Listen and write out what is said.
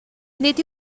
nid